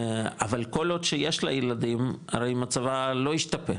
אבל כל עוד שיש לה ילדים, הרי מצבה לא השתפר,